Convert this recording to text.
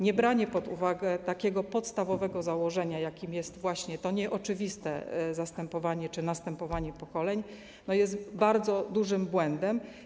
Niebranie pod uwagę tego podstawowego założenia, którym jest właśnie to nieoczywiste zastępowanie czy następowanie pokoleń, jest bardzo dużym błędem.